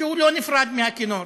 שהוא לא נפרד מהכינור,